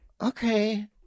okay